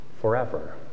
forever